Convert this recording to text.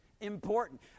Important